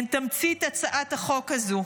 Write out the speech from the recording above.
הן תמצית הצעת החוק הזאת.